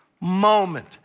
moment